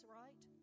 right